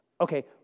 Okay